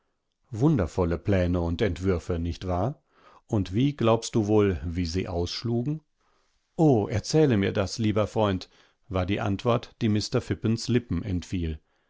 wundervolle pläne und entwürfe nicht wahr und wie glaubst du wohl wie sie ausschlugen o erzähle mir das lieber freund war die antwort die mr phippens lippen entfiel